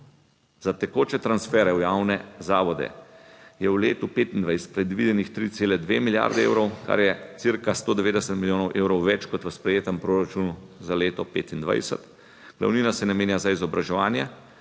Za tekoče transfere v javne zavode je v letu 2025 predvidenih 3,2 milijardi evrov, kar je cirka 190 milijonov evrov več kot v sprejetem proračunu za leto 2025, glavnina se namenja za izobraževanje